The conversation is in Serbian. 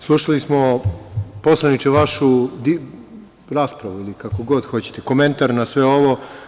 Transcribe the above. Slušali smo, poslaniče, vašu raspravu, kako god hoćete, komentar na sve ovo.